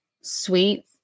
sweet